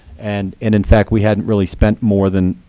and in in fact, we hadn't really spent more than